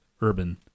Urban